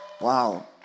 Wow